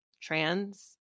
trans